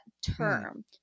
term